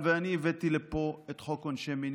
ואני הבאתי לפה את חוק עונשי מינימום,